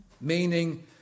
Meaning